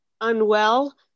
unwell